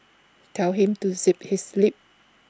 tell him to zip his lip